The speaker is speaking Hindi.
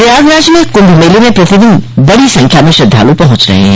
प्रयागराज में कभ मेले में प्रतिदिन बड़ी संख्या में श्रद्वालु पहुंच रहे हैं